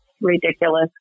ridiculous